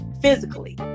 physically